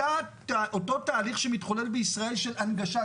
אותו תהליך שמתחולל בישראל של הנגשה,